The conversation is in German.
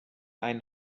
einen